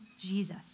Jesus